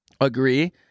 agree